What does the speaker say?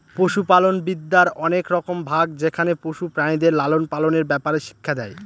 পশুপালনবিদ্যার অনেক রকম ভাগ যেখানে পশু প্রাণীদের লালন পালনের ব্যাপারে শিক্ষা দেয়